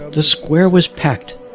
the square was packed,